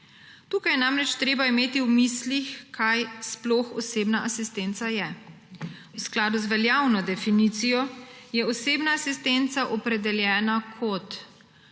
Tukaj je namreč treba imeti v mislih, kaj sploh osebna asistenca je. V skladu z veljavno definicijo je osebna asistenca opredeljena kot